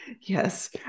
Yes